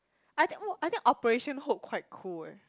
I think I think Operation Hope quite cool eh